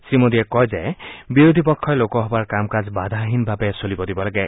শ্ৰীমোদীয়ে কয় যে বিৰোধী পক্ষই লোকসভাৰ কাম কাজ বাধাহীনভাৱে চলিব দিব লাগে